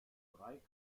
drei